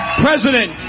President